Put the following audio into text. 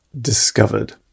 discovered